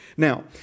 Now